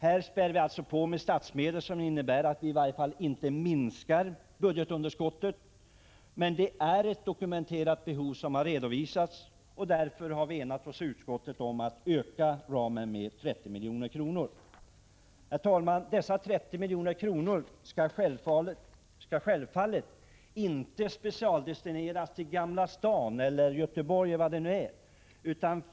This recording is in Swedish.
Här spär vi alltså på med statsmedel som innebär att vi i varje fall inte minskar budgetunderskottet. Det är ett dokumenterat behov som redovisas, och därför har vi enat oss i utskottet om att öka ramen med 30 milj.kr. Herr talman! Dessa 30 milj.kr. skall självfallet inte specialdestineras till Gamla stan, Göteborg eller något sådant.